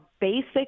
basic